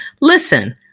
Listen